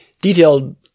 detailed